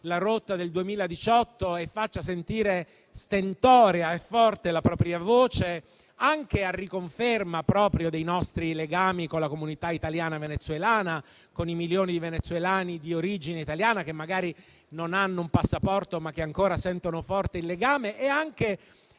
la rotta del 2018 e faccia sentire stentorea e forte la propria voce, anche a riconferma dei nostri legami con la comunità italiana venezuelana, con i milioni di venezuelani di origine italiana, che magari non hanno un passaporto, ma che ancora sentono forte il legame con